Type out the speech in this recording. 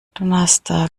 donnerstag